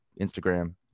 Instagram